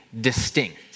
distinct